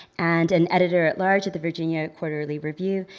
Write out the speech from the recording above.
and an editor at large at the virginia quarterly review.